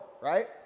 right